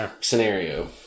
scenario